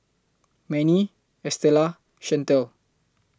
Mannie Estela Shantel